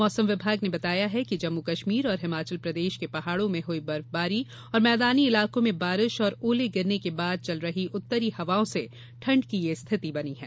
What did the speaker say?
मौसम विभाग ने बताया है कि जम्मू कश्मीर और हिमाचल प्रदेश के पहाड़ो में हुई बर्फबारी और मैदानी इलाकों में बारिश और ओले गिरने के बाद चल रही उत्तरी हवाओं से ठंड की यह स्थिति बनी है